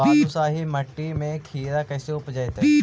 बालुसाहि मट्टी में खिरा कैसे उपजतै?